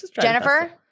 Jennifer